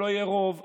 לא יהיה רוב.